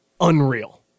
unreal